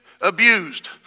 abused